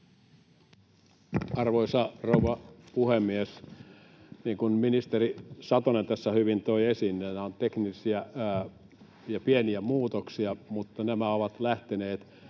Arvoisa rouva puhemies! Niin kuin ministeri Satonen tässä hyvin toi esiin, nämä ovat teknisiä ja pieniä muutoksia, mutta nämä ovat lähteneet